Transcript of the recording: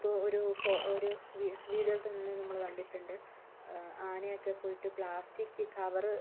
ഇപ്പൊൾ ഒരു ഫോ ഒരു വീ വീഡിയോയിൽ തന്നെ നമ്മള് കണ്ടിട്ടുണ്ട് ആനയൊക്കെ പോയിട്ട് പ്ലാസ്റ്റിക് കവറ്